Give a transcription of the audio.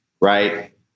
Right